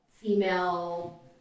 Female